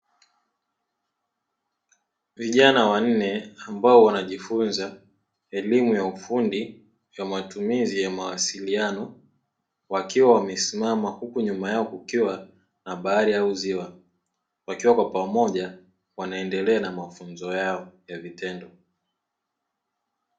Vijana wanne ambao wanajifunza elimu ya ufundi ya matumizi ya mawasiliano wakiwa wamesimama, huku nyuma yao kukiwa na bahari au ziwa wakiwa kwa pamoja wanaendelea na mafunzo yao ya vitendo.